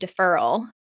deferral